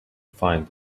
find